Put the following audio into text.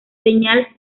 señal